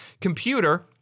computer